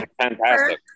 fantastic